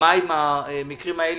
מה עם המקרים האלה,